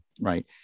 right